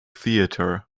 theatre